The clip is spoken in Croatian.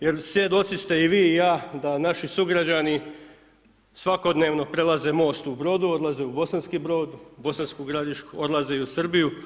Jer svjedoci ste i vi i ja da naši sugrađani svakodnevno prelaze most u Brodu odlaze u Bosanski Brod, Bosansku Gradišku, odlaze i u Srbiju.